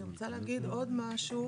אני רוצה להגיד עוד משהו,